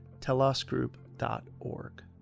telosgroup.org